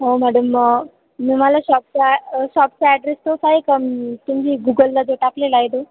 हो मॅडम म मी मला शॉपचा ॲड्रेस तोच आहे का तुम्ही गुगलला जो टाकलेला आहे तो